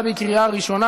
(מינוי סגן ראש רשות),